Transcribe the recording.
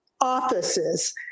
offices